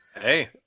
Hey